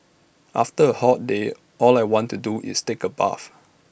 after A hot day all I want to do is take A bath